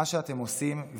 מה שאתם עושים,